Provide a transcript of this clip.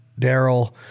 Daryl